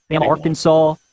Arkansas